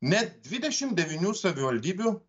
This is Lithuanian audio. net dvidešimt devynių savivaldybių